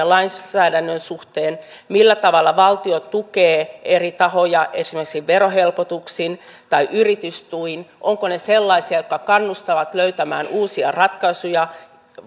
lainsäädännön suhteen millä tavalla valtio tukee eri tahoja esimerkiksi verohelpotuksin tai yritystuin ovatko ne sellaisia jotka kannustavat löytämään uusia ratkaisuja